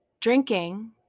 drinking